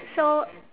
so